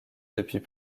depuis